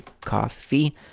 coffee